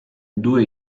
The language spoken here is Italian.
due